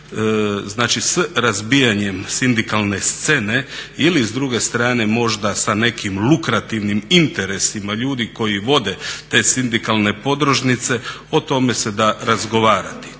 Reiner s razbijanjem sindikalne scene ili s druge strane sa nekim lukrativnim interesima ljudi koji vode te sindikalne podružnice, o tome se da razgovarati,